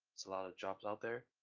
it's a lot of jobs out there.